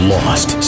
Lost